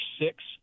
six